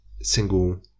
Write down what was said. single